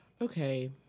Okay